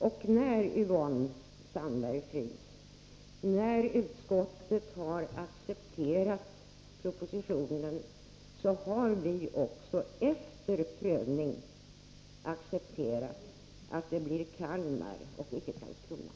Till Yvonne Sandberg-Fries: När utskottet har accepterat propositionens förslag har vi också efter prövning accepterat att det blir Kalmar och inte Karlskrona.